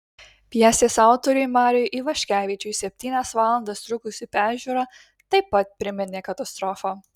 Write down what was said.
pjesės autoriui mariui ivaškevičiui septynias valandas trukusi peržiūra taip pat priminė katastrofą